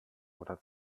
oder